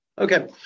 Okay